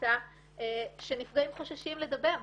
היתה שנפגעים חוששים לדבר.